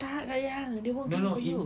tak sayang they won't clean for you